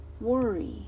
worry